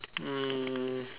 um